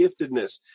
giftedness